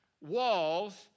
walls